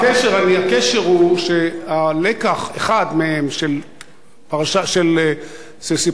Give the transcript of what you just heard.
הקשר הוא שאחד הלקחים של סיפורה של